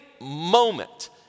moment